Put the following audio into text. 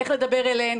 איך לדבר אליהן,